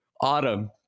autumn